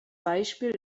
beispiel